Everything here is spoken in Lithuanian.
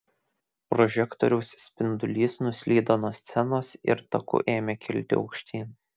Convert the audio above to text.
prožektoriaus spindulys nuslydo nuo scenos ir taku ėmė kilti aukštyn